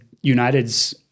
United's